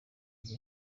ngo